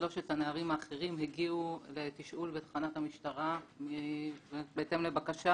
שלושת הנערים האחרים הגיעו לתשאול בתחנת המשטרה בהתאם לבקשה.